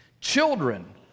Children